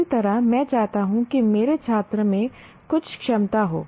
इसी तरह मैं चाहता हूं कि मेरे छात्र में कुछ क्षमता हो